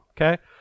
Okay